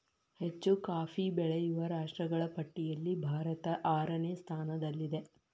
ಹೆಚ್ಚು ಕಾಫಿ ಬೆಳೆಯುವ ರಾಷ್ಟ್ರಗಳ ಪಟ್ಟಿಯಲ್ಲಿ ಭಾರತ ಆರನೇ ಸ್ಥಾನದಲ್ಲಿದೆ